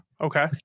Okay